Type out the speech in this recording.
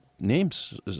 names